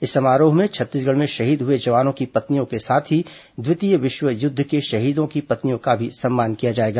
इस समारोह में छत्तीसगढ़ में शहीद हुए जवानों की पत्नियों के साथ ही द्वितीय विश्व युद्ध के शहीदों की पत्नियों का भी सम्मान किया जाएगा